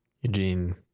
Eugene